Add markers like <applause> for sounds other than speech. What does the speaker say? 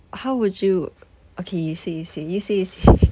how would you okay you say you say you say you say <laughs>